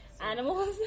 animals